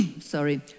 sorry